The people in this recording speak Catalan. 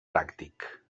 pràctic